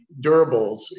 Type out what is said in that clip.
durables